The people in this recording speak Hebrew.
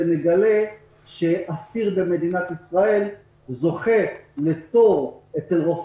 נגלה שאסיר במדינת ישראל זוכה לתור אצל רופא